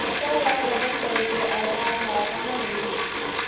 फसल ला वजन करे के औज़ार हा कहाँ मिलही?